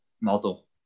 model